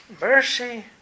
Mercy